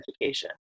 education